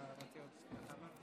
תודה רבה.